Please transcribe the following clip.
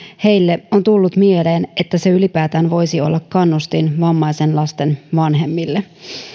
heille on tullut mieleen että se ylipäätään voisi olla kannustin vammaisen lasten vanhemmille